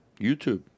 YouTube